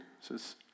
says